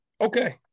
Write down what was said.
Okay